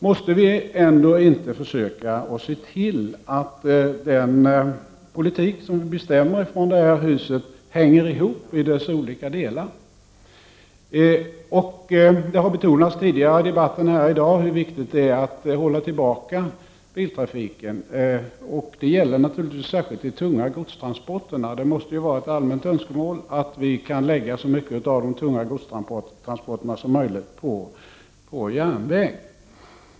Måste vi ändå inte försöka se till att den politik som vi bestämmer från det här huset hänger ihop i sina olika delar? Det har betonats tidigare i debatten häri dag hur viktigt det är att hålla tillbaka biltrafiken. Det gäller naturligtvis särskilt de tunga godstransporterna. Det måste ju vara ett allmänt önskemål att lägga så mycket som möjligt av de tunga godstransporterna på järnväg.